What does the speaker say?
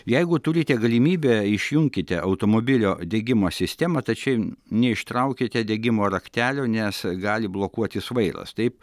jeigu turite galimybę išjunkite automobilio degimo sistemą tačiau neištraukite degimo raktelio nes gali blokuotis vairas taip